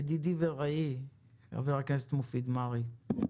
ידידי ורעי, חבר הכנסת מופיד מרעי.